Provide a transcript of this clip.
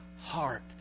Heart